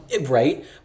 Right